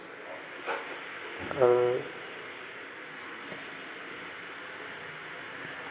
uh